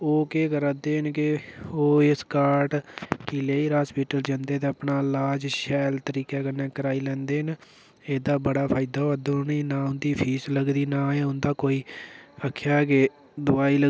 ओह् केह् करा'रदे न के ओह् इस कार्ड लेई'र हास्पिटल जन्दे ते अपना ईलाज शैल तरीके कन्नै कराई लैंदे न एह्दा बड़ा फायदा होआ करदा उ'नेंगी ना उं'दी फीस लगदी ना गै उन्दा कोई आखेआ के दोआई लगदी